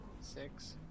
Six